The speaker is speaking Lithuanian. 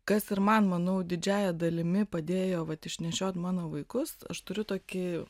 kas ir man manau didžiąja dalimi padėjo vat išnešiot mano vaikus aš turiu tokį